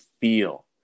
feel